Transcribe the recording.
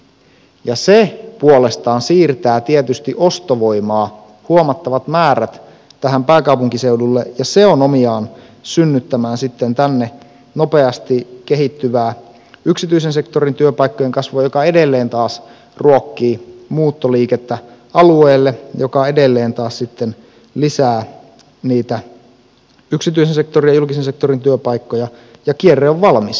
ja se puolestaan siirtää tietysti ostovoimaa huomattavat määrät pääkaupunkiseudulle ja se on omiaan synnyttämään sitten tänne nopeasti kehittyvää yksityisen sektorin työpaikkojen kasvua joka edelleen taas ruokkii muuttoliikettä alueelle mikä edelleen taas sitten lisää niitä yksityisen sektorin ja julkisen sektorin työpaikkoja ja kierre on valmis